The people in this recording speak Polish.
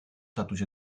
tatuś